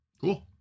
Cool